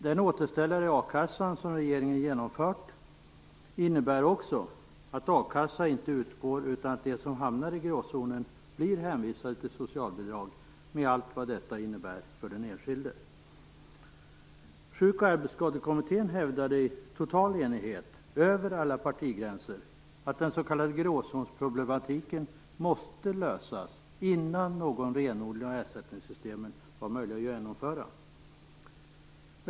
Den återställare i a-kassan som regeringen genomfört innebär också att a-kassa inte utgår utan att de som hamnar i gråzonen blir hänvisade till socialbidrag, med allt vad detta innebär för den enskilde. Sjuk och arbetsskadekommittén hävdade, i total enighet över alla partigränser, att den s.k. gråzonsproblematiken måste lösas innan någon renodling av ersättningssystemen var möjlig att genomföra.